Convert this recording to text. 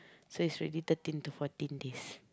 so it's already thirteen to fourteen days